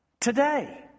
today